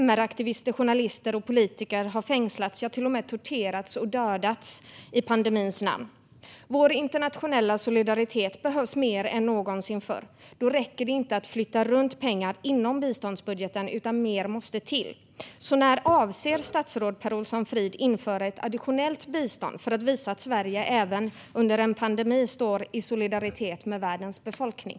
MR-aktivister, journalister och politiker har fängslat och till och med torterats och dödats i pandemins namn. Vår internationella solidaritet behövs mer än någonsin förr. Då räcker det inte att flytta runt pengar inom biståndsbudgeten, utan mer måste till. När avser statsrådet Per Olsson Fridh att införa ett additionellt bistånd för att visa att Sverige även under en pandemi står i solidaritet med världens befolkning?